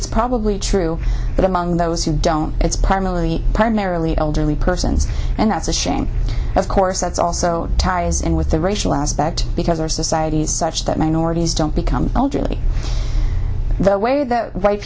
it's probably true that among those who don't it's partly primarily elderly persons and that's a shame of course that's also ties in with the racial aspect because our societies such that minorities don't become elderly the way th